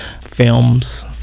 films